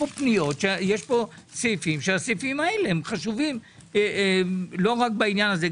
יש פה סעיפים שהם חשובים לא רק בעניין הזה.